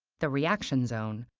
the reaction zone,